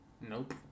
Nope